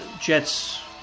Jets